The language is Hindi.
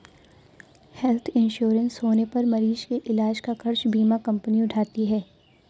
हेल्थ इंश्योरेंस होने पर मरीज के इलाज का खर्च बीमा कंपनी उठाती है